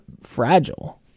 fragile